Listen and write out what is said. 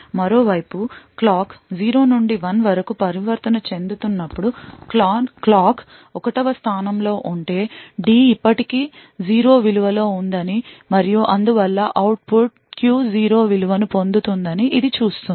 మరోవైపు క్లాక్ 0 నుండి 1 వరకు పరివర్తన చెందుతున్నప్పుడు క్లాక్ 1 వ స్థానంలో ఉంటే D ఇప్పటికీ 0 విలువలో ఉందని మరియు అందువల్ల అవుట్పుట్ Q 0 విలువను పొందుతుందని ఇది చూస్తుంది